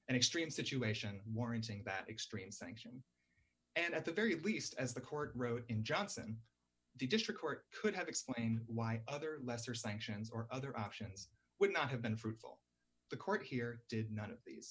an extreme situation warranting that extreme sanction and at the very least as the court wrote in johnson the district court could have explained why other lesser sanctions or other options would not have been fruitful the court here did none of these